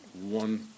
one